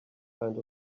kind